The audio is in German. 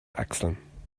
achseln